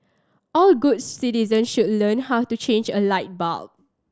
all good citizen should learn how to change a light bulb